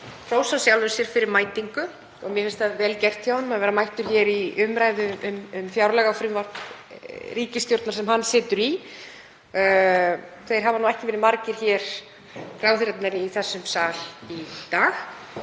hrósa sjálfum sér fyrir mætingu. Mér finnst það vel gert hjá honum að vera mættur í umræðu um fjárlagafrumvarp ríkisstjórnar sem hann situr í. Þeir hafa ekki verið margir, ráðherrarnir, í þessum sal í dag.